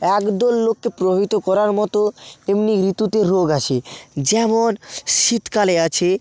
এক দল লোককে প্রভাবিত করার মতো তেমনি ঋতুতে রোগ আছে যেমন শীতকালে আছে